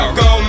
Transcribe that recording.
go